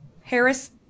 Harris